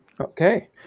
okay